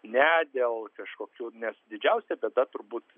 ne dėl kažkokių nes didžiausia bėda turbūt